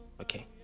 Okay